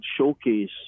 showcase